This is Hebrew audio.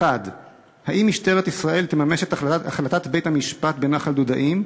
1. האם משטרת ישראל תממש את החלטת בית-המשפט בנחל דודאים,